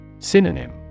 Synonym